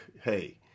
hey